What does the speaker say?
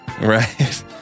Right